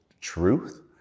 truth